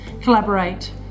collaborate